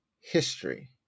history